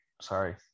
Sorry